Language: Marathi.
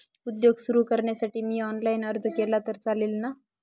उद्योग सुरु करण्यासाठी मी ऑनलाईन अर्ज केला तर चालेल ना?